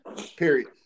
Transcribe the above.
Period